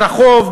ברחוב,